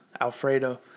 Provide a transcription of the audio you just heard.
Alfredo